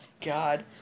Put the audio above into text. god